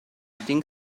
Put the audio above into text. think